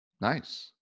Nice